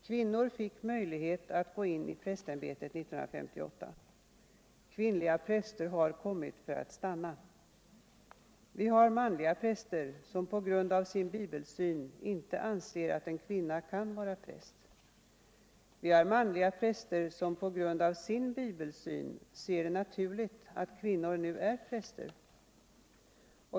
Kvinnor fick möjlighet att gå in i prästämbetet 1956. Kvinnliga präster har kommit för att stanna. Vi har manliga präster som på grund av sin bibelsyn inte anser att en kvinna kan vara präst. Vi har manliga präster som på grund av sin bibelsyn ser det naturligt att kvinnor nu är präster.